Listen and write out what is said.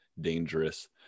dangerous